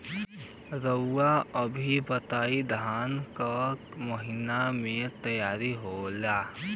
रउआ सभ बताई धान क महीना में तैयार होखेला?